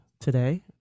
today